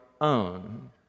own